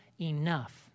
enough